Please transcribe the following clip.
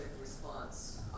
response